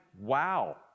wow